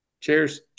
Cheers